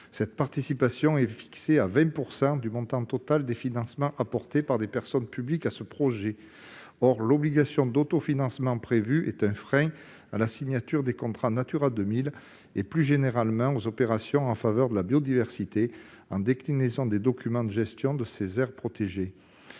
Cette participation est fixée à 20 % du montant total des financements apportés par des personnes publiques au projet. Or cette obligation d'autofinancement est un frein à la signature des contrats Natura 2000 et plus généralement aux opérations en faveur de la biodiversité menées en déclinaison des documents de gestion de ces aires protégées.